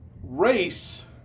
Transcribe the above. race